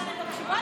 אני מקשיבה לך.